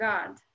God